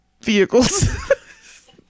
vehicles